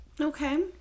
Okay